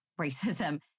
racism